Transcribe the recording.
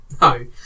No